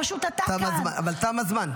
פשוט אתה כאן --- תודה, אבל תם הזמן.